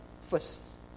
first